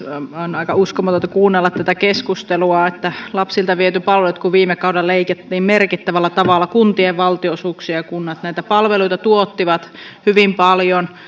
on aika uskomatonta kuunnella tätä keskustelua että lapsilta on viety palvelut kun viime kaudella leikattiin merkittävällä tavalla kuntien valtionosuuksia ja kunnat näitä palveluita tuottivat hyvin paljon